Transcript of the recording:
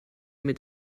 mit